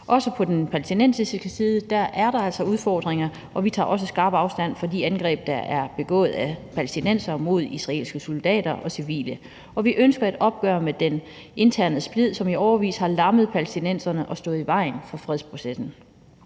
også på den palæstinensiske side udfordringer, og vi tager også skarpt afstand fra de angreb, der er begået af palæstinensere mod israelske soldater og civile. Vi ønsker et opgør med den interne splid, som i årevis har lammet palæstinenserne og stået i vejen for fredsprocessen.